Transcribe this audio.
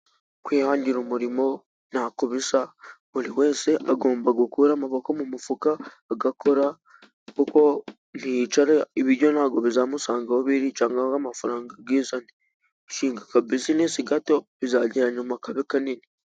Kwihangira umurimo ntako bisa， buri wese agomba gukura amaboko mu mufuka，agakora kuko ni yicara，ibiryo ntabwo bizamusanga aho biri，cyangwa ngo amafaranga yizane. Shinga akabizinesi gato， bizagera nyuma kabe kanini.